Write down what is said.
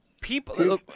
people